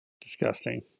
Disgusting